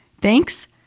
Thanks